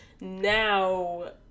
now